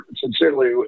sincerely